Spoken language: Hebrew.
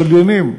צליינים,